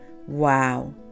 Wow